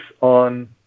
on